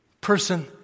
person